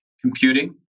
computing